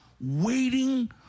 waiting